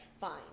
fine